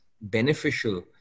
beneficial